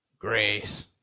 Grace